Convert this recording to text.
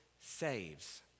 saves